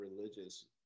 religious